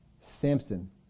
Samson